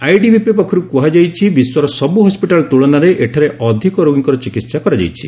ITBP ପକ୍ଷରୁ କୁହାଯାଇଛି ବିଶ୍ୱର ସବୁ ହସ୍ପିଟାଲ ତୁଳନାରେ ଏଠାରେ ଏଠାରେ ଅଧିକ ରୋଗୀଙ୍କର ଚିକିତ୍ସା କରାଯାଇଛି